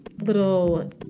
Little